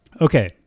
Okay